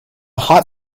hot